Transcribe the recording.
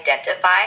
identify